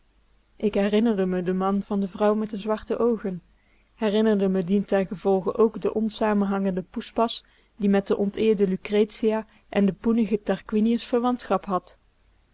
ik herinnerde me den man van de vrouw met de zwarte oogen herinnerde me dientengevolge ook de onsamenhangende poespas die met de onteerde lucretia en den poenigen tarquinius verwantschap had